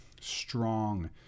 strong